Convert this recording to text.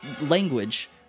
language